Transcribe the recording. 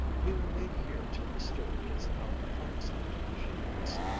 we will wait here till the steward gets our trunks out, she announced.